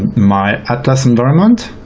my atlas environment